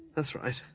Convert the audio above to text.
that's right.